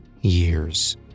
years